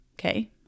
okay